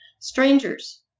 strangers